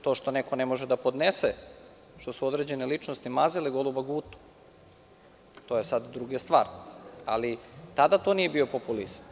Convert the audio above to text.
To što neko ne može da podnese što su određene ličnosti mazile goluba Gutu, to je sada druga stvar, ali to tada nije bio populizam.